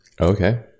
Okay